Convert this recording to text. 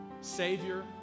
Savior